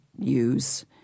Use